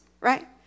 right